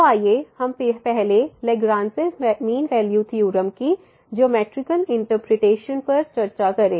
तो आइए हम पहले लेग्रांजे मीन वैल्यू थ्योरम की ज्योमैट्रिकल इंटरप्रिटेशन पर चर्चा करें